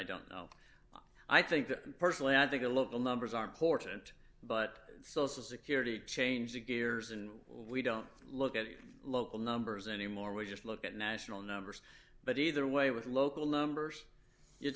don't know i think that personally i think the local numbers are important but social security changed the gears and we don't look at the local numbers anymore we just look at national numbers but either way with local numbers you'd